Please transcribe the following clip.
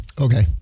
Okay